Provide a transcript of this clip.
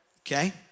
Okay